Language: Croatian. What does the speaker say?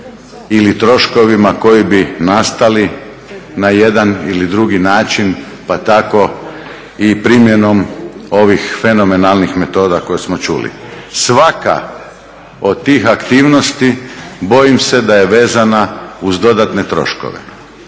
ili troškovima koji bi nastali na jedan ili drugi način pa tako i primjenom ovih fenomenalnih metoda koje smo čuli. Svaka od tih aktivnosti bojim se da je vezana uz dodatne troškove.